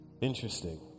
interesting